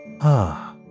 Ah